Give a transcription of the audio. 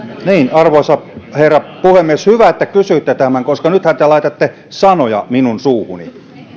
arvoisa herra puhemies hyvä että kysyitte tämän koska nythän te laitatte sanoja minun suuhuni